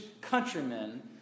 countrymen